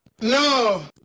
no